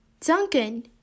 Duncan